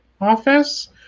Office